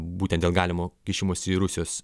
būtent dėl galimo kišimosi į rusijos